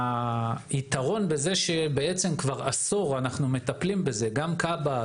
היתרון בזה שלמעשה כבר עשור אנחנו מטפלים בזה גם כב"ה,